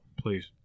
please